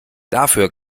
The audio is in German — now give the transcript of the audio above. dafür